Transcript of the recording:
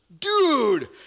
dude